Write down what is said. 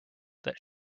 that